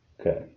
Okay